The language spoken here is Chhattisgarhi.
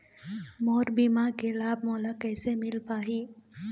मोर बीमा के लाभ मोला कैसे मिल पाही?